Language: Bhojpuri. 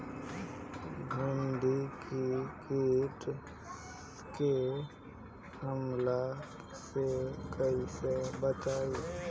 भींडी के कीट के हमला से कइसे बचाई?